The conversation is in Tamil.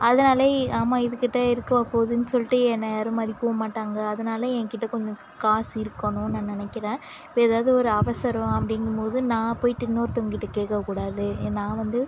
அதனால ஆமாம் இதுக்கிட்டே இருக்கவா போதுனு சொல்லிட்டு என்னை யாரும் மதிக்கவும் மாட்டாங்க அதனால என் கிட்டே கொஞ்சம் காசு இருக்கணும்னு நான் நினைக்கிறேன் இப்போ ஏதாவது ஒரு அவசரம் அப்படிங்கும் போது நான் போய்விட்டு இன்னொருத்தவங்கக்கிட்டே கேட்க கூடாது நான் வந்து